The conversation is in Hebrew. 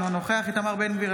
אינו נוכח איתמר בן גביר,